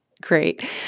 great